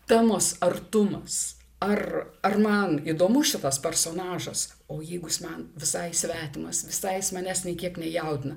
temos artumas ar ar man įdomu šitas personažas o jeigu jis man visai svetimas visai jis manęs nė kiek nejaudina